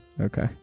okay